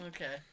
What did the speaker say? Okay